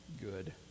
good